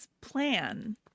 plan